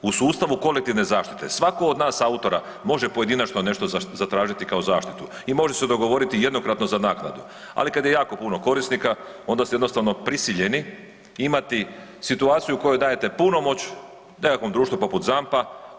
U sustavu kolektivne zaštite, svako od nas autora može pojedinačno nešto zatražiti kao zaštitu i može se dogovoriti jednokratno za naknadu ali kada je jako puno korisnika onda ste jednostavno prisiljeni imati situaciju u kojoj dajete punomoć nekakvom društvu poput ZAMP-a.